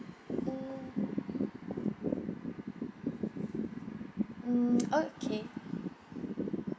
mm mm okay